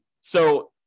so-